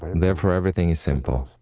and therefore, everything is simple.